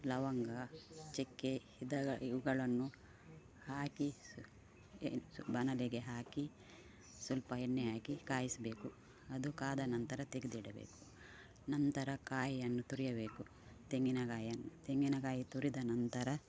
ಲವಂಗ ಚಕ್ಕೆ ಇವುಗಳು ಇವುಗಳನ್ನು ಹಾಕಿ ಎ ಬಾಣಲೆಗೆ ಹಾಕಿ ಸ್ವಲ್ಪ ಎಣ್ಣೆ ಹಾಕಿ ಕಾಯಿಸಬೇಕು ಅದು ಕಾದ ನಂತರ ತೆಗೆದಿಡಬೇಕು ನಂತರ ಕಾಯಿಯನ್ನು ತುರಿಯಬೇಕು ತೆಂಗಿನ ಕಾಯನ್ನು ತೆಂಗಿನ ಕಾಯಿ ತುರಿದ ನಂತರ